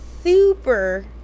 super